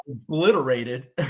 obliterated